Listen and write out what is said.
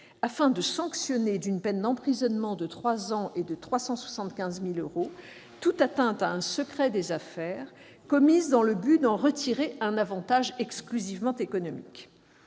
afin de sanctionner d'une peine d'emprisonnement de trois ans et d'une amende de 375 000 euros toute atteinte à un secret des affaires commise dans le but d'en retirer un avantage exclusivement économique.